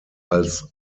als